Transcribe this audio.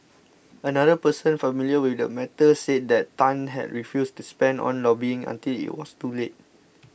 another person familiar with the matter said that Tan had refused to spend on lobbying until it was too late